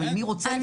אבל מי רוצה לפתוח?